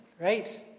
right